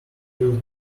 will